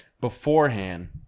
beforehand